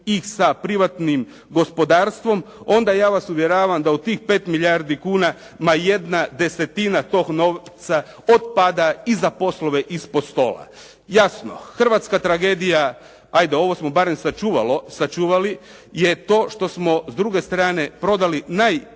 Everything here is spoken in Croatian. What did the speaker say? ih sa privatnim gospodarstvom, onda ja vas uvjeravam da u tih 5 milijardi kuna ma 1/10 tog novca otpada i za poslove ispod stola. Jasno, hrvatska tragedija, ajde ovo smo barem sačuvali, je to što smo s druge strane prodali najvrjedniju